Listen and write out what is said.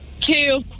Two